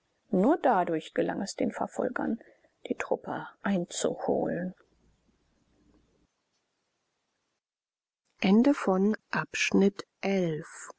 nur dadurch gelang es den verfolgern die truppe einzuholen